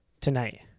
tonight